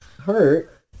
hurt